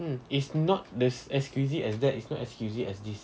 mm it's not the as squeezy as that it's not as squeezy as this